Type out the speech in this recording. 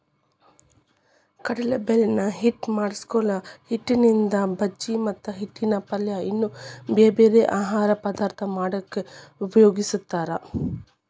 ಕಡ್ಲಿಬ್ಯಾಳಿನ ಹಿಟ್ಟ್ ಮಾಡಿಕಡ್ಲಿಹಿಟ್ಟಿನಿಂದ ಬಜಿ ಮತ್ತ ಹಿಟ್ಟಿನ ಪಲ್ಯ ಇನ್ನೂ ಬ್ಯಾರ್ಬ್ಯಾರೇ ಆಹಾರ ಪದಾರ್ಥ ಮಾಡಾಕ ಉಪಯೋಗಸ್ತಾರ